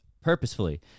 purposefully